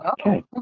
okay